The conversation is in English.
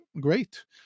great